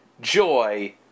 joy